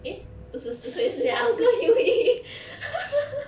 eh 不是四个是两个 U_E